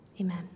amen